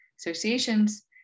associations